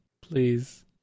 please